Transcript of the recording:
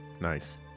Nice